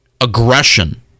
aggression